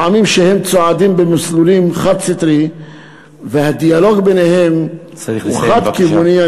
ופעמים שהם צועדים במסלולים חד-סטריים והדיאלוג ביניהם הוא חד-כיווני.